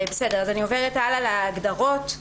אני עוברת להגדרות.